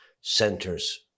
centers